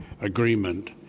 agreement